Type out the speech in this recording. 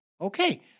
okay